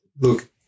Look